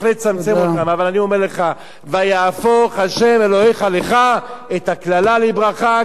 אבל אני אומר לך: "ויהפך ה' אלהיך לך את הקללה לברכה,